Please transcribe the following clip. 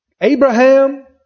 Abraham